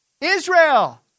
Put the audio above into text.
Israel